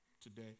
today